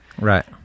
Right